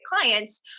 clients